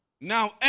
Now